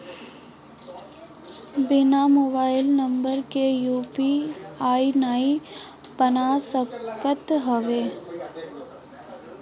बिना mobile number के UPI नाइ बन सकत हवे